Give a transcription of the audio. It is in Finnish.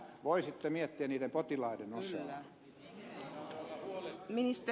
voisitte miettiä niiden potilaiden osaa